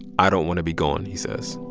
ah don't want to be gone, he says